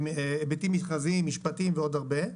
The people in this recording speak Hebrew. היבטים מכרזיים, משפטיים ועוד הרבה.